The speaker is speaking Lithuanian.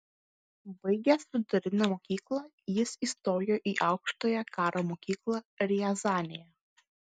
baigęs vidurinę mokyklą jis įstojo į aukštąją karo mokyklą riazanėje